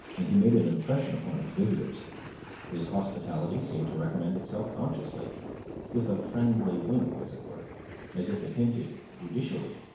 and he made an impression upon his visitors his hospitality seemed to recommend itself consciously with a friendly wink, as it were as if it hinted, judicially,